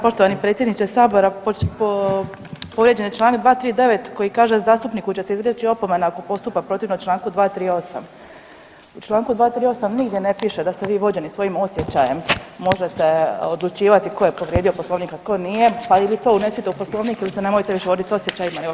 Poštovani predsjedniče Sabora povrijeđen je članak 239. koji kaže: „Zastupniku će se izreći opomena ako postupa protivno članku 238.“ U članku 238. nigdje ne piše da se vi vođeni svojim osjećajem možete odlučivati tko je povrijedio Poslovnik a tko nije, pa i to unesite u Poslovnik ili se nemojte više voditi osjećajima i